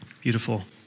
Beautiful